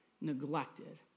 neglected